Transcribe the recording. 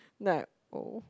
then I like oh